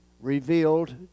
revealed